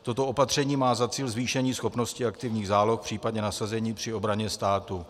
Toto opatření má za cíl zvýšení schopnosti aktivních záloh, případně nasazení při obraně státu.